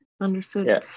understood